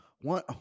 one